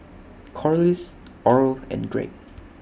Corliss Oral and Greg